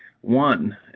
one